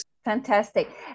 Fantastic